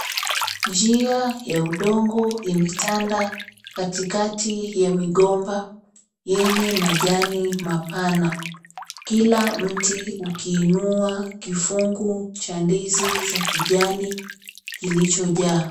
Njia ya udongo imetanda katikati ya migomba yenye majani mapana. Kila mti ukiinua kifungu cha ndizi za kijani kilichojaa.